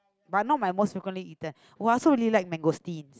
but not my most frequently eaten oh I also really like mangosteen